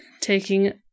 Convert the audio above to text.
taking